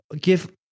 give